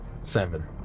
Seven